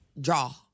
Draw